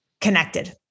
connected